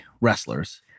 wrestlers